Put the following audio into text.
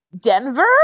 Denver